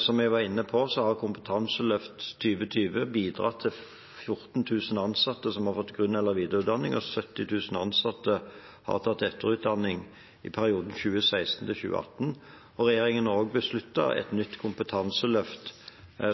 Som jeg var inne på, har Kompetanseløft 2020 bidratt til at 14 000 ansatte har fått grunn- eller videreutdanning og 70 000 ansatte har tatt etterutdanning i perioden 2016–2018. Regjeringen har også besluttet et nytt kompetanseløft